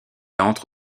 entre